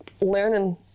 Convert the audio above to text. learning